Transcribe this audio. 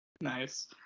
nice